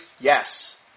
Yes